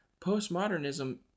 postmodernism